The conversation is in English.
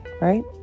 right